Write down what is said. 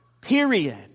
period